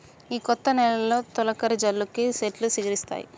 ఈ కొత్త నెలలో తొలకరి జల్లులకి సెట్లు సిగురిస్తాయి